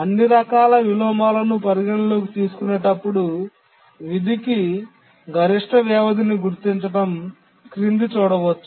అన్ని రకాల విలోమాలను పరిగణనలోకి తీసుకునేటప్పుడు విధి కి గరిష్ట వ్యవధిని గుర్తించడం క్రింద చూడవచ్చు